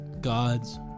God's